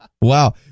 Wow